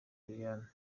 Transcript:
liliane